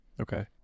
okay